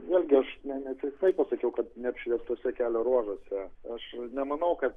vėlgi aš ne ne tiksliai pasakiau kad neapšviestuose kelio ruožuose aš nemanau kad